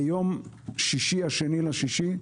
ביום שישי 2.6,